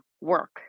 work